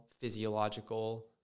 physiological